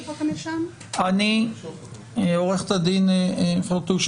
עו"ד פרטוש,